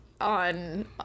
on